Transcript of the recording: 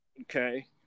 Okay